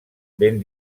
ben